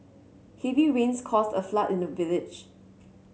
heavy rains caused a flood in the village